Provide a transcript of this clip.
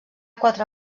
quatre